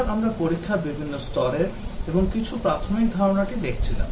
গতবার আমরা পরীক্ষার বিভিন্ন স্তরের এবং কিছু প্রাথমিক ধারণাটি দেখছিলাম